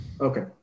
Okay